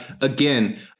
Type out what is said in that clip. again